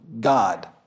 God